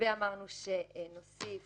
אמרנו שנוסיף